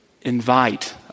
invite